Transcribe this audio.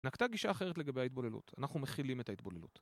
נקטה גישה אחרת לגבי ההתבוללות: אנחנו מכילים את ההתבוללות.